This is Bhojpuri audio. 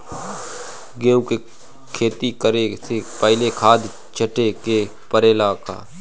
गेहू के खेती करे से पहिले खाद छिटे के परेला का?